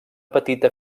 petita